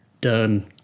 Done